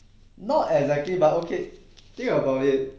not exactly but okay think about it